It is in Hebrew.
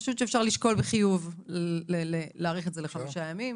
אני חושבת שאפשר לשקול בחיוב להאריך את זה לחמישה ימים.